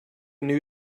new